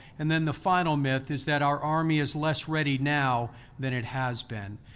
and then the final myth is that our army is less ready now than it has been.